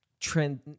trend